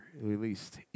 released